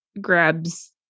grabs